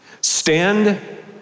Stand